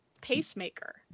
pacemaker